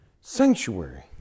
sanctuary